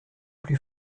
plus